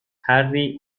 harry